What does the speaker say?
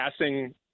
passing